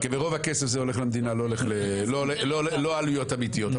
ורוב הכסף זה הולך למדינה, לא עלויות אמיתיות.